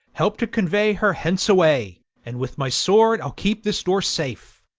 help to convey her hence away, and with my sword i'll keep this door safe.